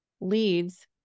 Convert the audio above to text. leads